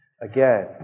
Again